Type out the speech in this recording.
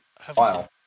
File